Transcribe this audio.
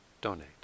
donate